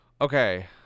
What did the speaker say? Okay